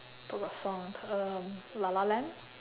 book or song um la la land